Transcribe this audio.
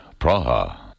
Praha